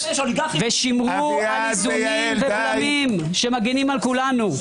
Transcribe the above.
ושמרו על איזונים ובלמים שמגנים על כולנו.